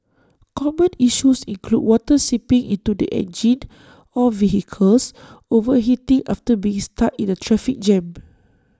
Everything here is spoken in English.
common issues include water seeping into the engine or vehicles overheating after being stuck in A traffic jam